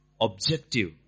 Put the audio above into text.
objective